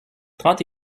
trente